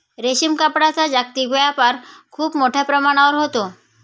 रेशीम कापडाचा जागतिक व्यापार खूप मोठ्या प्रमाणावर होतो